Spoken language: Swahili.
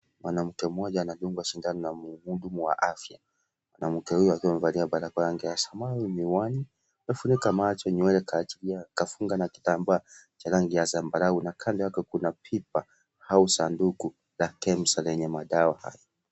Mwanamke mmoja anadungwa shindano na muhudumu wa afya. Mwanamke huyo akiwa amevalia barakoa ya rangi ya samawi, miwani amefunika macho na nywele kafunga na kitambaa cha rangi ya zambarau, na kando yake kuna pipa au sanduku la KEMSA lenye madawa.